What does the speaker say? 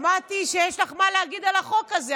שמעתי שיש לך מה להגיד על החוק הזה,